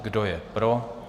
Kdo je pro?